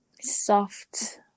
Soft